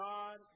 God